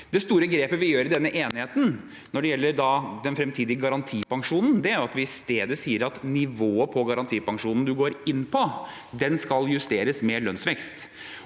Det store grepet vi gjør i denne enigheten når det gjelder den framtidige garantipensjonen, er at vi i stedet sier at nivået på garantipensjonen man går inn på, skal justeres med lønnsvekst.